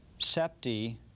septi